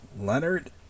Leonard